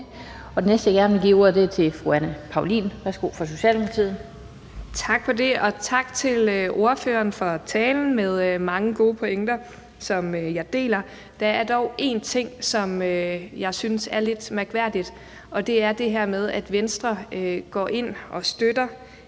Den næste, jeg gerne vil give ordet, er fru Anne Paulin fra Socialdemokratiet. Værsgo. Kl. 11:08 Anne Paulin (S): Tak for det, og tak til ordføreren for talen med mange gode pointer, som jeg deler. Der er dog en ting, som jeg synes er lidt mærkværdigt, og det er det her med, at Venstre går ind og støtter,